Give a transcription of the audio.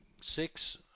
six